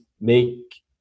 make